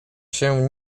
się